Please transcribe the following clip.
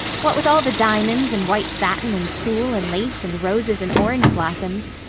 what with all the diamonds and white satin and tulle and lace and roses and orange blossoms,